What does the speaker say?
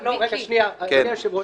לא, רגע, שנייה, אדוני היושב-ראש.